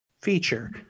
feature